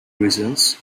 reasons